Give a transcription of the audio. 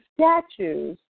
statues